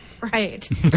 Right